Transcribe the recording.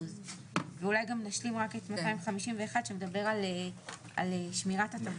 "; ואולי גם נשלים רק את 251 שמדבר על שמירת הטבות?